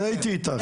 אני הייתי איתך.